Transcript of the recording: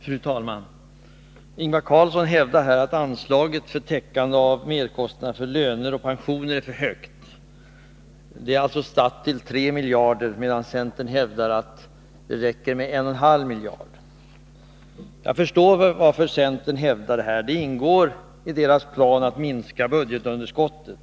Fru talman! Ingvar Karlsson i Bengtsfors hävdar att anslaget för täckning av merkostnader för löner och pensioner är för högt. Det är satt till 3 miljarder, medan centern hävdar att det räcker med 1,5 miljard. Jag förstår varför centern hävdar detta. Det ingår i dess plan för att minska budgetunderskottet.